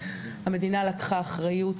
המדינה לקחה אחריות,